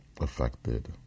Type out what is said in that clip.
affected